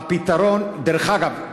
דרך אגב,